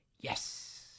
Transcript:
yes